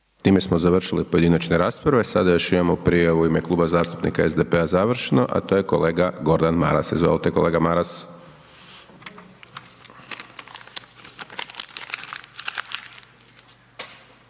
Time smo završili pojedinačne rasprave. Sada još imamo prije u ime Kluba zastupnika SDP-a završno, a to je kolega Gordan Maras, izvolite kolega Maras.